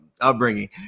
upbringing